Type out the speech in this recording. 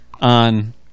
on